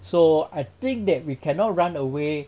so I think that we cannot run away